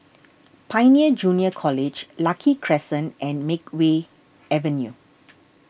Pioneer Junior College Lucky Crescent and Makeway Avenue